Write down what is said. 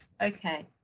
Okay